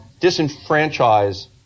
disenfranchise